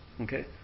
Okay